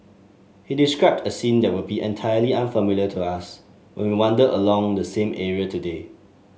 he described a scene that will be entirely unfamiliar to us when we wander along the same area today